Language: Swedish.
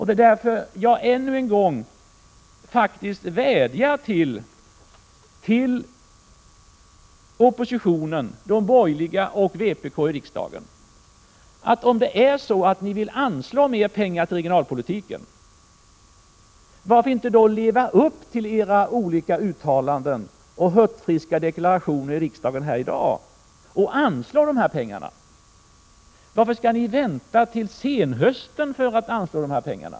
Det är därför jag ännu en gång faktiskt vädjar till de borgerliga och vpk i riksdagen: Om ni vill anslå mer pengar till regionalpolitiken, varför inte då leva upp till era uttalanden och hurtfriska deklarationer i riksdagen här i dag och anslå de här pengarna nu? Varför skall ni vänta till senhösten?